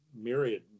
myriad